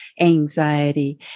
anxiety